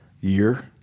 year